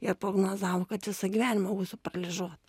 ir prognozavo kad visą gyvenimą būsiu paralyžiuota